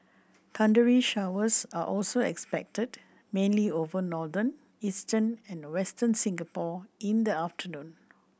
thundery showers are also expected mainly over northern eastern and Western Singapore in the afternoon